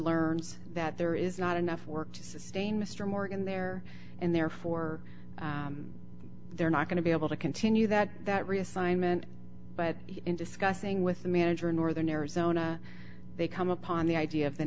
learns that there is not enough work to sustain mr morgan there and therefore they're not going to be able to continue that that reassignment but in discussing with the manager in northern arizona they come upon the idea of the